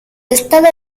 estado